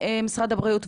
משרד הבריאות,